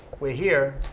we're here.